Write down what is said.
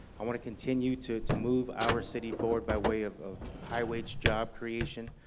i want to continue to to move our city forward by way of of high-wage job creation,